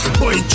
boy